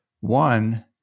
One